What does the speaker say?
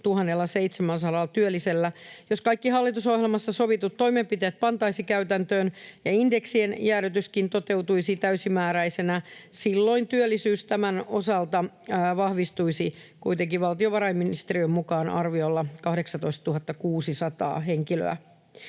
22 700 työllisellä. Jos kaikki hallitusohjelmassa sovitut toimenpiteet pantaisiin käytäntöön ja indeksien jäädytyskin toteutuisi täysimääräisenä, silloin työllisyys tämän osalta vahvistuisi kuitenkin valtiovarainministeriön mukaan arviolta 18 600 henkilöllä.